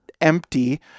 empty